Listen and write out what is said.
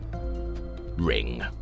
Ring